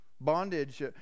Bondage